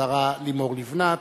השרה לימור לבנת,